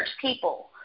people